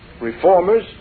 reformers